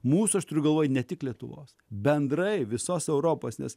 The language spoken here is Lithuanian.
mūsų aš turiu galvoje ne tik lietuvos bendrai visos europos nes